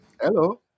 Hello